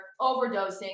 overdosing